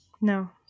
No